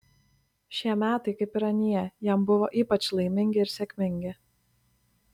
šie metai kaip ir anie jam buvo ypač laimingi ir sėkmingi